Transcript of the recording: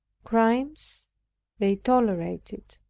crimes they tolerated,